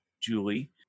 Julie